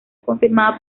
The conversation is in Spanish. confirmada